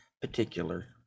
particular